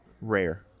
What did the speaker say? rare